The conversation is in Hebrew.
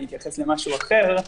אתייחס למשהו אחר.